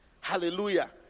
Hallelujah